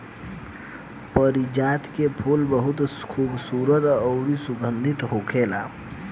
पारिजात के फूल बहुत खुबसूरत अउरी सुगंधित होखेला